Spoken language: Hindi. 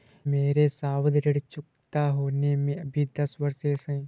मेरे सावधि ऋण चुकता होने में अभी दस वर्ष शेष है